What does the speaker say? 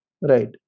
Right